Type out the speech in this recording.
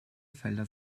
felder